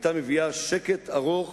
היתה מביאה שקט ארוך